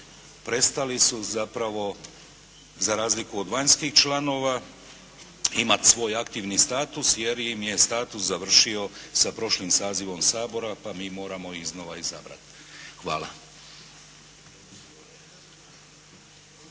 prestali su zapravo za razliku od vanjskih članova imat svoj aktivni status, jer im je status završio sa prošlim sazivom Sabora pa ih mi moramo iznova izabrat. Hvala.